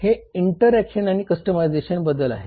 हे इंटरऍक्शन आणि कस्टमायझेशन बद्दल आहे